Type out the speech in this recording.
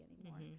anymore